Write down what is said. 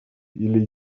или